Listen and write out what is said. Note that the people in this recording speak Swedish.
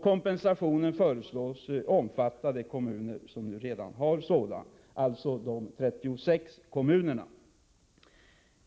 Kompensationen föreslås omfatta de kommuner som nu har sådan, alltså de 36 kommunerna.